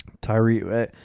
Tyree